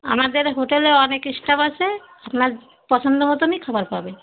আমাদের হোটেলে অনেক স্টাফ আছে আপনার পছন্দ মতনই খাবার পাবেন